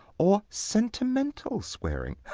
or sentimental swearing